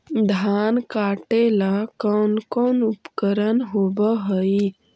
धान काटेला कौन कौन उपकरण होव हइ?